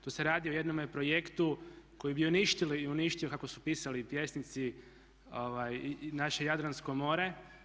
Tu se radi o jednome projektu koji bi uništili i uništio kako su pisali pjesnici i naše Jadransko more.